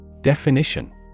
Definition